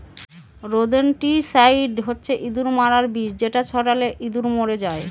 rodenticide হচ্ছে ইঁদুর মারার বিষ যেটা ছড়ালে ইঁদুর মরে যায়